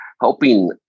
helping